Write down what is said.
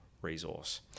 resource